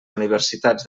universitats